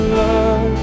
love